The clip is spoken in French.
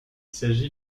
s’agit